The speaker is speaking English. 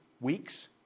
weeks